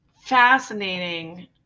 fascinating